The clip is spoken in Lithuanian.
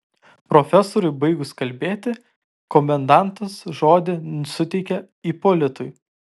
profesoriui baigus kalbėti komendantas žodį suteikė ipolitui